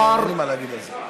אין לי מה להגיד על זה.